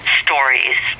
stories